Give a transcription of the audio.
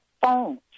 phones